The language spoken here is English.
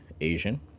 Asian